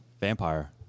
Vampire